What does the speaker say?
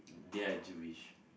they are Jewish